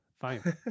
fine